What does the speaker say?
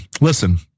Listen